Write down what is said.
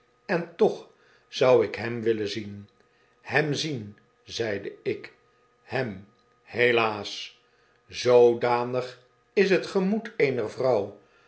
en toch zou ik hem willen zien hem zien zeide ik hem helaas i zoodanig is het gemoed eener vrouw